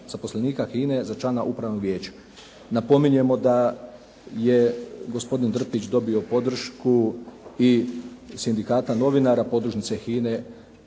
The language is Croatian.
zaposlenika HINA-e za člana Upravnog vijeća. Napominjemo da je gospodin Drpić dobio podršku i Sindikata novinara podružnice HINA-e